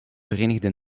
verenigde